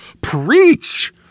Preach